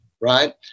right